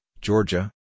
Georgia